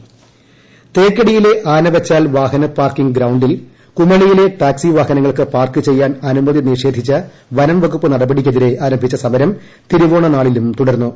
തേക്കടി തേക്കടിയിലെ ആനവച്ചാൽ വാഹന പാർക്കിംഗ് ഗ്രൌണ്ടിൽ കുമളിയിലെ ടാക്സി വാഹനങ്ങൾക്ക് പാർക്ക് ചെയ്യാൻ അനുമതി നിഷേധിച്ച വനം വകുപ്പ് നടപടിക്കെതിരെ ആരംഭിച്ച സമരം തിരുവോണനാളിലും തുടർന്നു